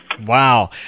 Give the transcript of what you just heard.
Wow